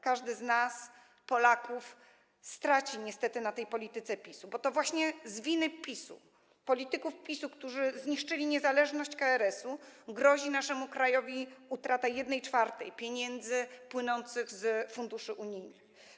Każdy z nas, Polaków, straci niestety na tej polityce PiS-u, bo to właśnie z winy PiS-u, polityków PiS-u, którzy zniszczyli niezależność KRS-u, grozi naszemu krajowi utrata 1/4 pieniędzy płynących z funduszy unijnych.